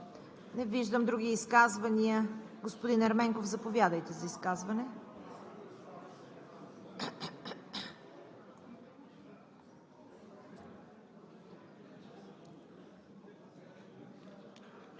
Не виждам. Други изказвания? Господин Ерменков, заповядайте за изказване.